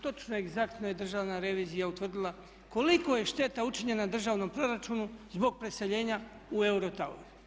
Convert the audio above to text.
Točno egzaktno je Državna revizija utvrdila kolika je šteta učinjena državnom proračunu zbog preseljenja u eurotower.